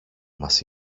μας